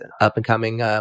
up-and-coming